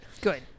Good